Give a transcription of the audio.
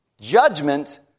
Judgment